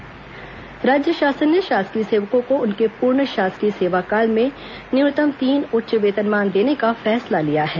शासकीय सेवक वेतनमान राज्य शासन ने शासकीय सेवकों को उनके पूर्ण शासकीय सेवा काल में न्यूनतम तीन उच्च वेतनमान देने का फैसला लिया है